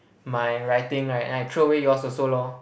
my writing right then I throw away yours also lor